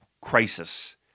crisis